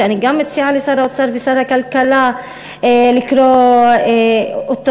ואני מציעה לשר האוצר ושר הכלכלה לקרוא אותו.